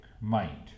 mind